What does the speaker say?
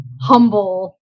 humble